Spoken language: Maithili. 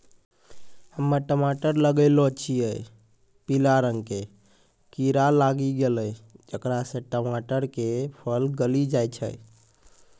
हम्मे टमाटर लगैलो छियै पीला रंग के कीड़ा लागी गैलै जेकरा से टमाटर के फल गली जाय छै?